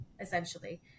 essentially